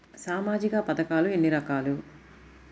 సామాజిక పథకాలు ఎన్ని రకాలు?